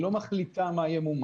והיא לא מחליטה מה ימומש.